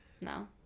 No